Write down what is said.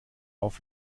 auf